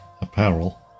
apparel